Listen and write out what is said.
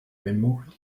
memorial